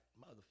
mother